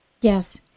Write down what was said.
Yes